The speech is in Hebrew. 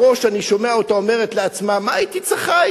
בראש אני שומע אותה אומרת לעצמה: מה הייתי צריכה?